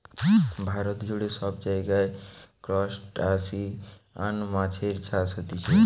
ভারত জুড়ে সব জায়গায় ত্রুসটাসিয়ান মাছের চাষ হতিছে